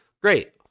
great